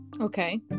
okay